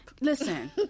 Listen